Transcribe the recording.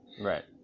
Right